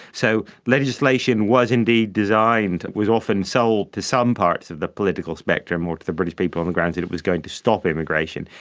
so legislation was indeed designed, was often sold to some parts of the political spectrum or to the british people on the grounds that it was going to stop immigration,